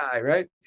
Right